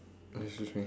excuse me